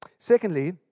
Secondly